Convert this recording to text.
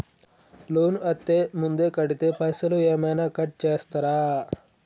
Loan అత్తే ముందే కడితే పైసలు ఏమైనా కట్ చేస్తరా?